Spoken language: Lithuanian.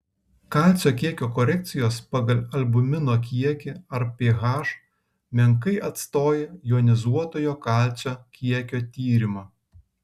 kalcio kiekio korekcijos pagal albumino kiekį ar ph menkai atstoja jonizuotojo kalcio kiekio tyrimą